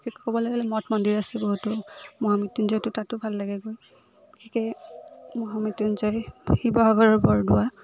ক'বলৈ গ'লে মঠ মন্দিৰ আছে বহুতো মহামৃত্যঞ্জয়টো তাতো ভাল লাগে গৈ বিশেষকৈ মহামৃত্যঞ্জয় শিৱসাগৰৰ বৰদোৱা